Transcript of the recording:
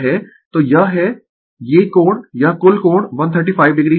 तो यह है ये कोण यह कुल कोण 135 o है